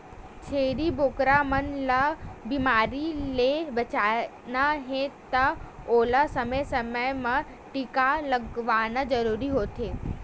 छेरी बोकरा मन ल बेमारी ले बचाना हे त ओला समे समे म टीका लगवाना जरूरी होथे